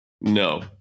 No